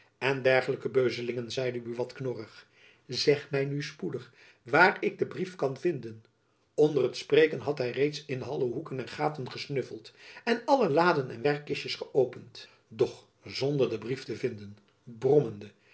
en dergelijke beuzelingen zeide buat knorrig zeg my nu spoedig waar ik den brief kan vinden onder het spreken had hy reeds in alle hoeken en gaten gesnuffeld en alle laden en werkkistjens geopend doch zonder den brief te vinden brommende